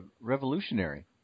revolutionary